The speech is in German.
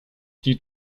die